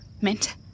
Mint